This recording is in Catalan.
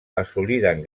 assoliren